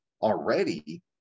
already